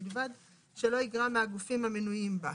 ובלבד שלא יגרה מהגופים המנויים בה.